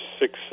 six